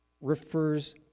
refers